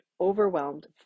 overwhelmed